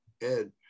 Ed